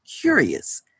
curious